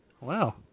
Wow